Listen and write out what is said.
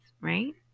right